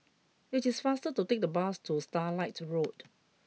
it is faster to take the bus to Starlight Road